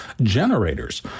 Generators